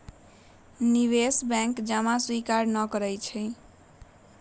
निवेश बैंक जमा स्वीकार न करइ छै